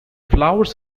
flowers